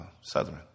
Southern